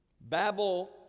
Babel